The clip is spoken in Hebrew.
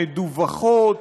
מדווחות,